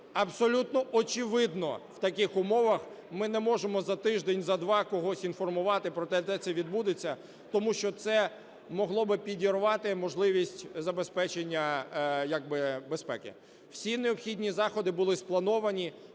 Абсолютно очевидно, в таких умовах ми не можемо за тиждень, за два когось інформувати про те, де це відбудеться, тому що це могло би підірвати можливість забезпечення як би безпеки. Всі необхідні заходи були сплановані.